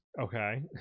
okay